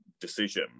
decision